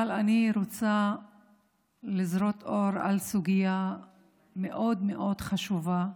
אבל אני רוצה לזרוק אור על סוגיה מאוד מאוד חשובה,